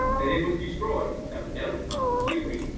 and it was destroyed, evidently not completely,